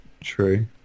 True